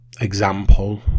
example